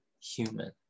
human